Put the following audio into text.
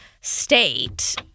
state